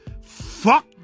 Fuck